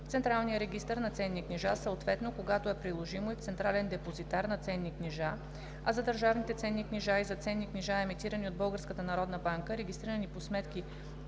централния регистър на ценни книжа, съответно, когато е приложимо, и в централен депозитар на ценни книжа, а за държавните ценни книжа и за ценни книжа, емитирани от Българската народна банка